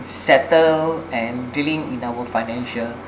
settle and dealing in our financial